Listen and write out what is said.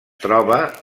troba